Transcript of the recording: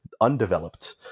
undeveloped